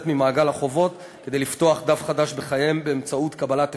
ממעגל החובות כדי לפתוח דף חדש בחייהם באמצעות קבלת הפטר.